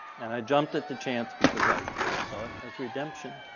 and i jumped at the chance because i saw it as redemption.